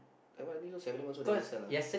that one I think so Seven-Eleven also never sell ah